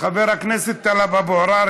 חבר הכנסת טלב אבו עראר,